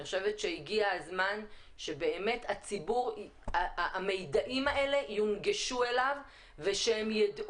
אני חושבת שהגיע הזמן שבאמת המידעים האלה יונגשו לציבור ושהוא ידע